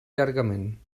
llargament